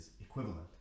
equivalent